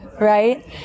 right